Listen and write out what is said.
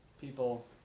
people